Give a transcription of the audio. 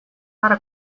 para